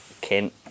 Kent